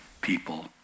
people